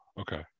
okay